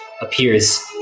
appears